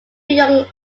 young